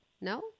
No